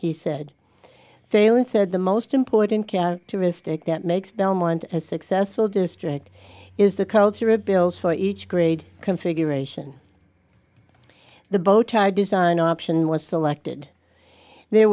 he said failon said the most important characteristic that makes belmont a successful district is the culture of bills for each grade configuration the bow tie design option was selected there